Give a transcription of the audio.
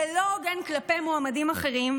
זה לא הוגן כלפי מועמדים אחרים,